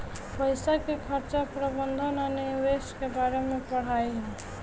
पईसा के खर्चा प्रबंधन आ निवेश के बारे में पढ़ाई ह